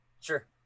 sure